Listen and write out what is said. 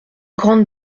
grande